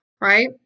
right